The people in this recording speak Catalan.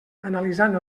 analitzant